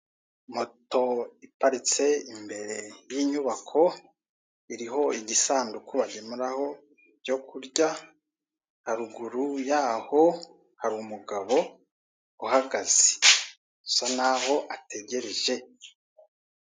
Moto iparitse imbere y'inyubako iriho igisanduku bagemuraho ibyokurya, haruguru yaho hari umugabo uhagaze usankaho ategereje.